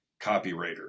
copywriter